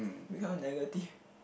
become negative